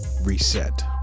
reset